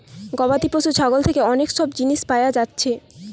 গবাদি পশু ছাগল থিকে অনেক সব জিনিস পায়া যাচ্ছে